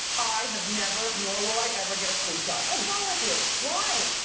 i have never nor will i ever get a flu shot. what's wrong with you? why?